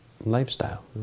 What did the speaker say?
lifestyle